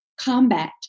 combat